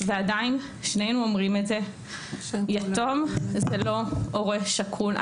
ועדיין שנינו אומרים את זה, יתום זה לא הורה שכול.